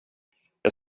jag